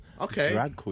okay